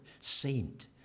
Saint